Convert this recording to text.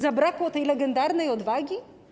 Zabrakło tej legendarnej odwagi?